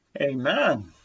Amen